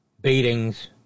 beatings